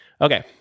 Okay